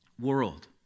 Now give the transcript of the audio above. world